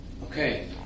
Okay